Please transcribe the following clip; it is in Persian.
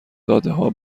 دادهها